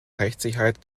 rechtssicherheit